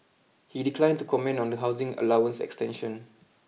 he declined to comment on the housing allowance extension